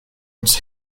its